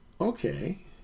okay